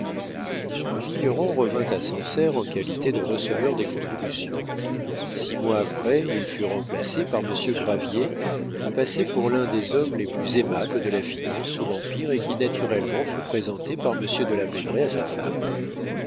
le vigneron revint à sancerre en qualité de receveur des contributions six mois après il fut remplacé par monsieur gravier qui passait pour l'un des hommes les plus aimables de la finance sous l'empire et qui naturellement fut présenté par monsieur de la baudraye à sa femme